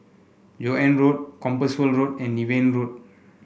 Joan Road Compassvale Road and Niven Road